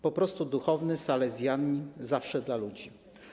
Po prostu duchowny, salezjanin, zawsze dla ludzi.